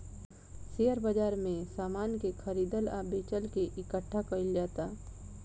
share बाजार में समान के खरीदल आ बेचल के इकठ्ठा कईल जाला